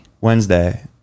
wednesday